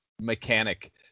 mechanic